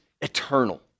eternal